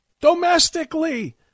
domestically